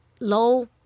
low